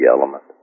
element